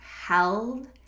held